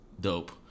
Dope